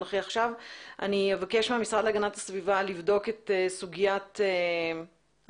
ואני אבקש מהמשרד להגנת הסביבה לבדוק את סוגיית ה-בנזן,